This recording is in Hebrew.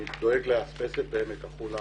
אני דואג לאספסת בעמק החולה,